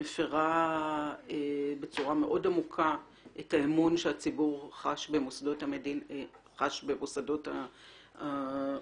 מפירה בצורה מאוד עמוקה את האימון שהציבור חש כלפי מוסדות המדינה.